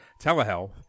telehealth